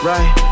Right